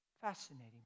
fascinating